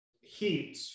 heat